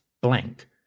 blank